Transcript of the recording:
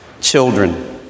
Children